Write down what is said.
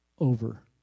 over